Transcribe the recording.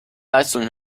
leistung